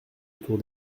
autour